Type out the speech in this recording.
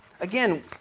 again